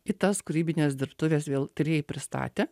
i tas kūrybines dirbtuves vėl tyrėjai pristatė